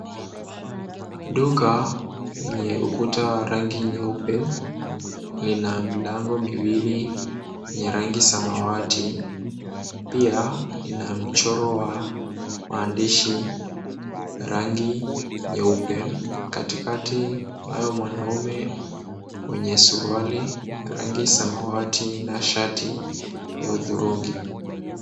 Duka lenye ukuta wa rangi nyeupe lina milango miwili yenye rangi ya samawati. Pia ina mchori wa rangi ya maandishi ya rangi nyeupe. Katikati kunaye mwanaume mwenye suruali ya rangi ya samawati na shati ya hudhurungi.